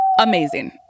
Amazing